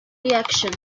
reaction